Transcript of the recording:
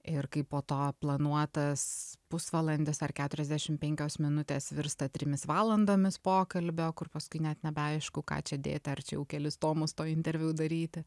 ir kai po to planuotas pusvalandis ar keturiasdešim penkios minutės virsta trimis valandomis pokalbio kur paskui net nebeaišku ką čia dėti ar čia jau kelis tomus to interviu daryti